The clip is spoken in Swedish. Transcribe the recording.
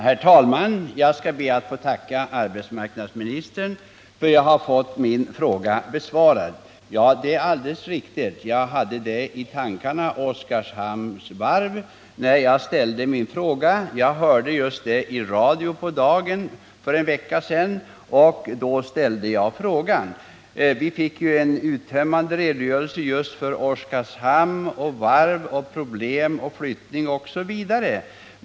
Herr talman! Jag skall be att få tacka arbetsmarknadsministern för att jag har fått min fråga besvarad. Det är alldeles riktigt att det var Oskarshamns varv jag hade i tankarna när jag ställde min fråga. För en vecka sedan hörde jag på radion om Oskarshamns varv, och då ställde jag frågan. Vi fick en uttömmande redogörelse för Oskarshamn — varv, problem, flyttning, osv.